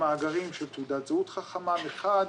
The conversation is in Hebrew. המאגרים של תעודת זהות חכמה מחד,